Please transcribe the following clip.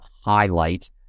highlight